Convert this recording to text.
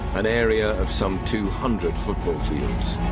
an area of some two hundred football fields.